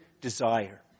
desire